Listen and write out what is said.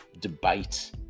debate